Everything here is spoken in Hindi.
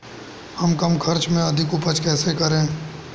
हम कम खर्च में अधिक उपज कैसे करें?